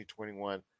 2021